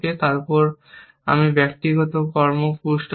তারপর আমি ব্যক্তিগত কর্ম পুসড আছে